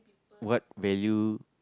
what value